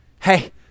Hey